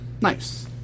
Nice